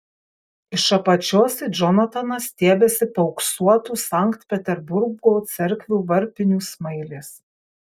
iš apačios į džonataną stiebiasi paauksuotų sankt peterburgo cerkvių varpinių smailės